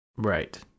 Right